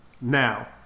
now